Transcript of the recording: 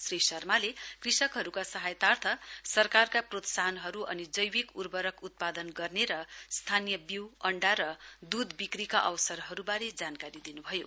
श्री शर्माले कृषकहरूका सहायतार्थ सरकारका प्रोत्साहनहरू अनि जैविक उर्वरक उत्पादन गर्ने र स्थानीय वीउ अण्डा र दूध विक्रीका अवसरहरूबारे जानकारी दिनुभयो